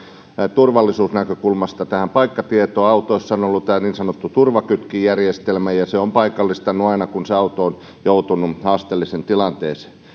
turvallisuusnäkökulmasta tähän paikkatietoon autoissa on ollut niin sanottu turvakytkinjärjestelmä ja se on paikallistanut aina kun se auto on joutunut haasteelliseen tilanteeseen